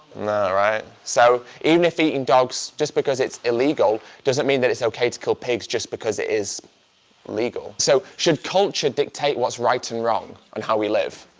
no alright, so even if eating dogs just because it's illegal doesn't mean that it's okay to kill pigs just because it is legal. so should culture dictate what's right and wrong, on how we live?